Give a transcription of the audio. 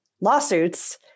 lawsuits